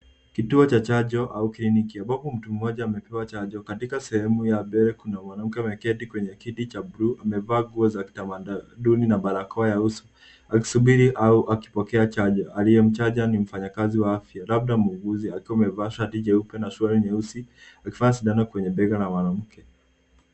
Kituo cha chanjo au kliniki ambapo mtu mmoja amepewa chanjo. Katika sehemu ya mbele kuna mwanamke ameketi kwenye kiti cha bluu amevaa nguo za kitamaduni na barakoa ya uso, akisubiri au akipokea chanjo. Aliyemchanja ni mfanyakazi wa afya, labda muuguzi akiwa amevaa shati jeupe na suruali nyeusi, akifinya sindano kwenye bega na mwanamke.